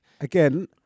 Again